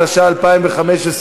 התשע"ה 2015,